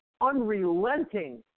unrelenting